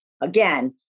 again